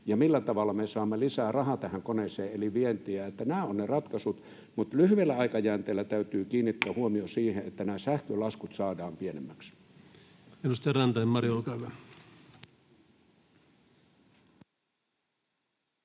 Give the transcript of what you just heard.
ja millä tavalla me saamme lisää rahaa tähän koneeseen eli vientiä. Nämä ovat ne ratkaisut. Mutta lyhyellä aikajänteellä täytyy kiinnittää huomio siihen, että nämä sähkölaskut saadaan pienemmiksi.